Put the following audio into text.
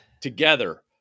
together